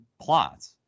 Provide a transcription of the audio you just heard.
plots